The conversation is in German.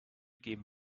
geben